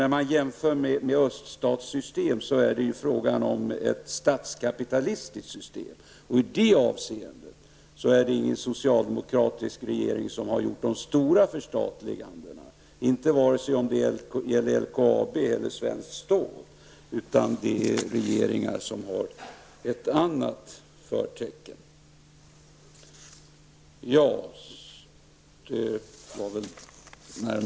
Vid en jämförelse med öststatssystem är det fråga om ett statskapitalistiskt system. I det avseendet är det ingen socialdemokratisk regering som har gjort de stora förstatligandena, inte för vare sig LKAB eller Svenskt Stål. Det är regeringar med andra förtecken som har gjort det.